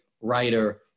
writer